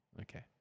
Okay